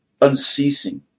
unceasing